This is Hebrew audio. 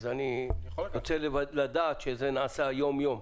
אז אני רוצה לדעת שזה נעשה יום-יום.